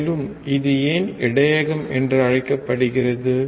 மேலும் இது ஏன் இடையகம் என்று அழைக்கப்படுகிறது